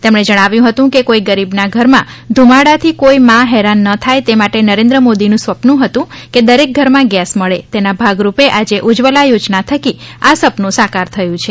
તેમણે જણાવ્યું હતું કે કોઇ ગરીબના ઘરમાં ધુમાડાથી કોઇમાં હેરાન ના થાય તે માટે નરેન્દ્ર મોદીનુ સપનુ હતુ કે દરેક ધરમાં ગેસ મળે તેના ભાગ રૂપે આજે ઉ જ્જવલા યોજના થકી આ સપનું સાકાર થયું છે